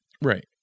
right